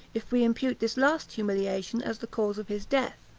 if we impute this last humiliation as the cause of his death.